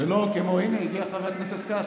ולא כמו, הינה, הגיע חבר הכנסת כץ.